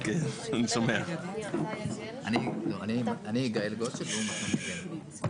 משהו שאנחנו צריכים לקבל עליו אינפורמציה.